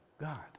god